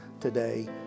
today